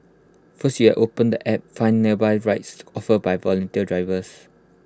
first you open the app find nearby rides offered by volunteer drivers